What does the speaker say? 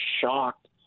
shocked